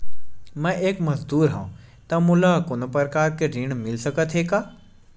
मैं एक मजदूर हंव त मोला कोनो प्रकार के ऋण मिल सकत हे का?